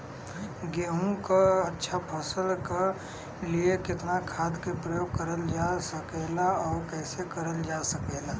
गेहूँक अच्छा फसल क लिए कितना खाद के प्रयोग करल जा सकेला और कैसे करल जा सकेला?